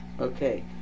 Okay